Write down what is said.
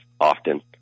Often